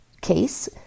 case